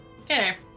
okay